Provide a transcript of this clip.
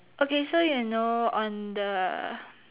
okay so you know on the